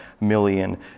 million